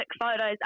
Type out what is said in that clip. photos